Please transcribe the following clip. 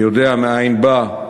היודע מאין בא,